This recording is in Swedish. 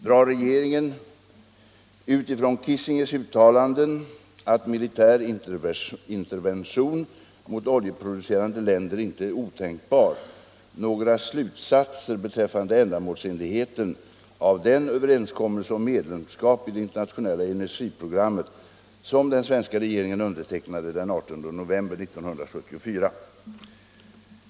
Drar regeringen — utifrån Kissingers uttalanden att militär intervention mot oljeproducerande länder inte är otänkbar — några slutsatser beträffande ändamålsenligheten av den överenskommelse om medlemskap i det internationella energiprogrammet, som den svenska regeringen undertecknade den 18 november 1974?